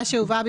תודה רבה.